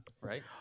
right